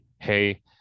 hey